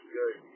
good